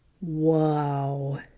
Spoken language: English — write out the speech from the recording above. Wow